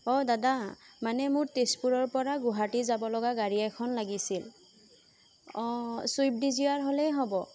অঁ দাদা মানে মোৰ তেজপুৰৰপৰা গুৱাহাটী যাব লগা গাড়ী এখন লাগিছিল অঁ ছুইফ্ট ডিজায়াৰ হ'লেই হ'ব